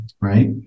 right